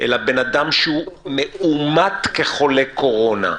אלא אדם שמאומת כחולה קורונה.